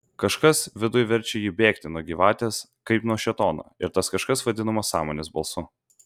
kažkas viduj verčia ji bėgti nuo gyvatės kaip nuo šėtono ir tas kažkas vadinama sąmonės balsu